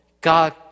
God